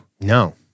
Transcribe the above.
No